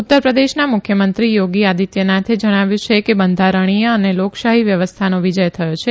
ઉત્તરપ્રદેશના મુખ્યમંત્રી યોગી આદિત્યનાથે જણાવ્યું કે બંધારણીય અને લોકશાહી વ્યવસ્થાનો વિજય થયો છે